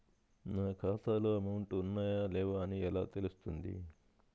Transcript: నా ఖాతాలో అమౌంట్ ఉన్నాయా లేవా అని ఎలా తెలుస్తుంది?